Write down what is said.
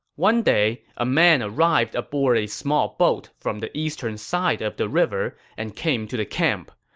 one day, a man arrived aboard a small boat from the eastern side of the river and came to the camp.